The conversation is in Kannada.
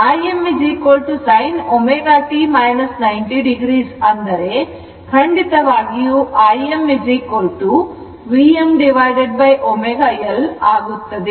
Im sin ω t 90 o ಅಂದರೆ ಖಂಡಿತವಾಗಿಯೂ Im Vmω L ಆಗುತ್ತದೆ